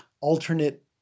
alternate